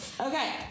Okay